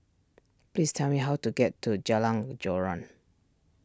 please tell me how to get to Jalan Joran